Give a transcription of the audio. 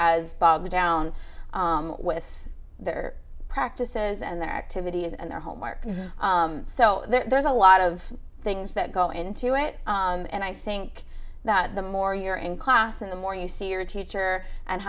as bogged down with their practices and their activities and their homework so there's a lot of things that go into it and i think that the more you're in class and the more you see your teacher and